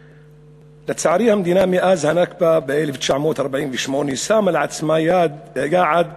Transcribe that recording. לצערי, המדינה, מאז הנכבה ב-1948, שמה לעצמה יעד